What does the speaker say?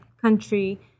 country